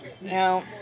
Now